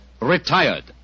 Retired